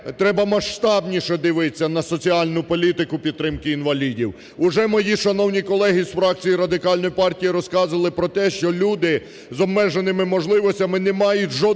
треба масштабніше дивитись на соціальну політику підтримки інвалідів. Уже мої шановні колеги з фракції Радикальної партії розказували про те, що люди з обмеженими можливостями не мають жодної